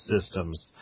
systems